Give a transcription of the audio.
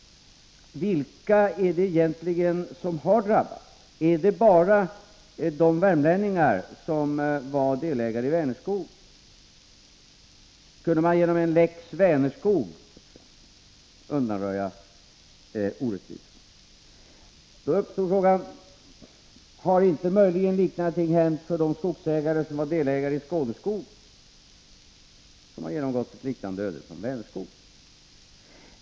Vilka är det egentligen som har drabbats? Är det bara de värmlänningar som var delägare i Vänerskog? Skulle man genom en lex Vänerskog undanröja orättvisorna? Har inte möjligen liknande saker hänt för de skogsägare som var delägare i Skåneskog, ett företag som genomgått ett öde liknande Vänerskogs?